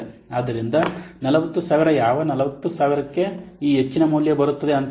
ಆದ್ದರಿಂದ 40000 ಯಾವ 40000 ಕ್ಕೆ ಈ ಹೆಚ್ಚಿನ ಮೌಲ್ಯ ಬರುತ್ತದೆ